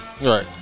right